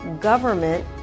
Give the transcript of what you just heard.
government